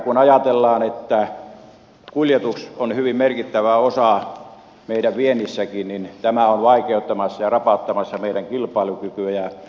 kun ajatellaan että kuljetus on hyvin merkittävä osa meidän viennissämmekin niin tämä on vaikeuttamassa ja rapauttamassa meidän kilpailukykyämme